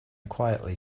quietly